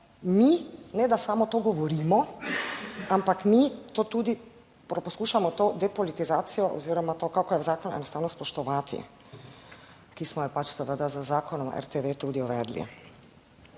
mi ne, da samo to govorimo, ampak mi to tudi poskušamo to depolitizacijo oziroma to, kako je v zakonu, enostavno spoštovati, ki smo jo pač seveda z Zakonom o RTV tudi uvedli.